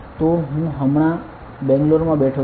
તો હું હમણાં બેંગ્લોરમાં બેઠો છું